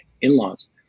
in-laws